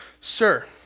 sir